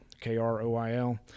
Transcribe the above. K-R-O-I-L